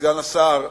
סגן השר,